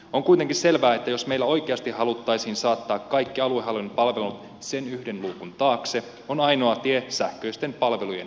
on kuitenkin selvää että jos meillä oikeasti haluttaisiin saattaa kaikki aluehallinnon palvelut sen yhden luukun taakse on ainoa tie sähköisten palvelujen lisääminen